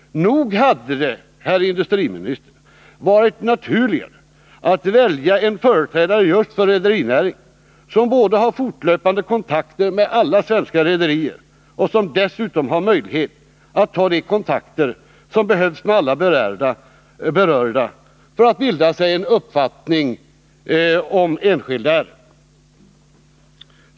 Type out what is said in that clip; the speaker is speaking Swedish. Nog hade det, herr industriminister, varit naturligare att välja en företrädare just för rederinäringen, som har fortlöpande kontakt med alla svenska rederier och som dessutom har möjlighet att ta nödvändiga kontakter med alla berörda för att bilda sig en uppfattning om enskilda ärenden.